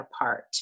apart